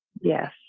Yes